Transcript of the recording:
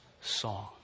song